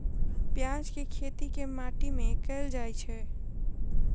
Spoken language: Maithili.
प्याज केँ खेती केँ माटि मे कैल जाएँ छैय?